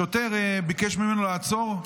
השוטר ביקש ממנו לעצור,